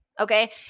Okay